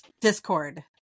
Discord